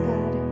God